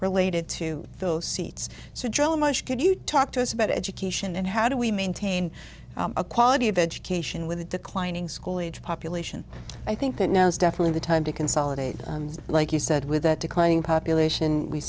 related to fill seats so joe much could you talk to us about education and how do we maintain a quality of education with the declining school age population i think that now is definitely the time to consolidate like you said with that declining population we